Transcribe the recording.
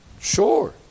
Sure